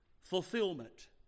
Fulfillment